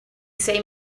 say